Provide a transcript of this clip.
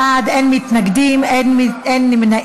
24 בעד, אין מתנגדים, אין נמנעים.